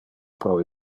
pro